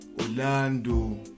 Orlando